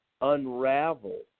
unravel